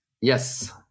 Yes